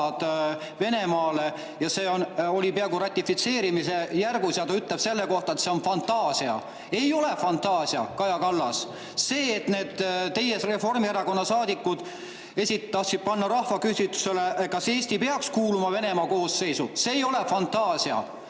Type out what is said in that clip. Venemaale, ja see oli peaaegu ratifitseerimisjärgus, et see on fantaasia. Ei ole fantaasia, Kaja Kallas. See, et teie Reformierakonna saadikud tahtsid panna rahvaküsitlusele, kas Eesti peaks kuuluma Venemaa koosseisu, ei ole fantaasia.